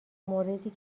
موردی